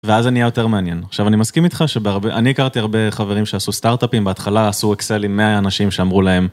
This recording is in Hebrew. ואז זה נהיה יותר מעניין עכשיו אני מסכים איתך שאני הכרתי הרבה חברים שעשו סטארט-אפים בהתחלה עשו אקסל עם 100 אנשים שאמרו להם.